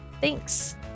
Thanks